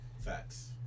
Facts